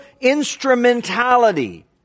instrumentality